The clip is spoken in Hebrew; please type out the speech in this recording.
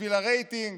בשביל הרייטינג,